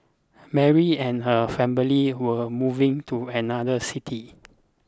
Mary and her family were moving to another city